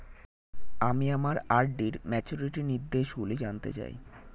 আমি আমার আর.ডি র ম্যাচুরিটি নির্দেশগুলি জানতে চাই